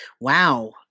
Wow